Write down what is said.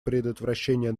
предотвращения